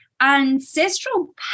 Ancestral